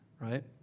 right